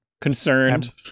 Concerned